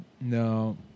No